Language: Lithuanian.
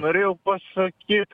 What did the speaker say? norėjau pasakyt